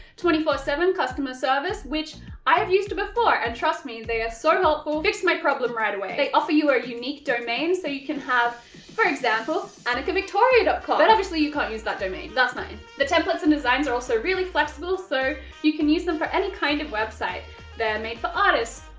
twenty four seven customer service which i have used before and trust me, they are so helpful, fixed my problem right away they offer you a unique domain so you can have, for example, annikavictoria com. but obviously you can't use that domain. that's mine. the templates and designs are also really flexible so you can use them for any kind of website they're made for artists,